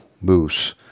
Moose